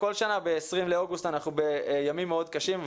כל שנה ב-20 באוגוסט אנחנו בימים מאוד קשים,